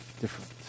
different